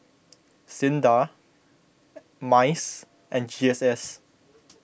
Sinda Mice and G S S